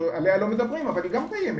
שעליה לא מדברים אבל היא גם קיימת,